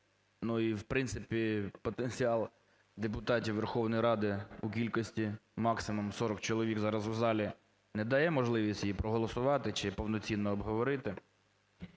І в принципі потенціал депутатів Верховної Ради у кількості максимум 40 чоловік зараз у залі не дає можливість її проголосувати чи повноцінно обговорити.